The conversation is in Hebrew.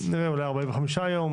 אולי 45 ימים